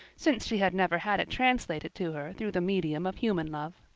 since she had never had it translated to her through the medium of human love.